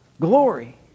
Glory